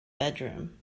bedroom